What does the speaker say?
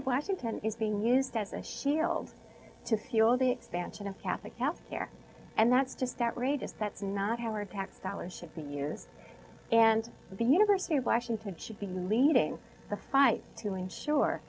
of washington is being used as a shield to fuel the expansion of catholic health care and that's just outrageous that's not how our tax dollars should be used and the university of washington should be leading the fight to ensure